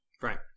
Right